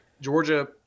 Georgia